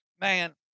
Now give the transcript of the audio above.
man